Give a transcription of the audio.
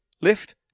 lift